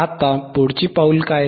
आता पुढची पाऊल काय